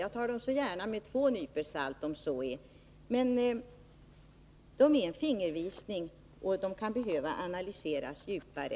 Jag tar dem så gärna med två nypor salt, men de är en fingervisning, och man kan behöva analysera saken djupare.